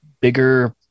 bigger